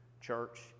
church